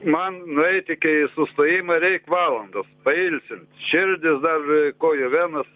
man nueiti iki sustojimo reik valandos pailsint širdis dar kojų venos